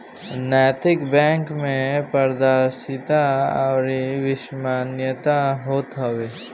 नैतिक बैंक में पारदर्शिता अउरी विश्वसनीयता होत हवे